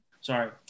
sorry